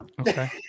Okay